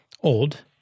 old